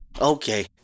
Okay